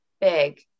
big